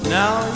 now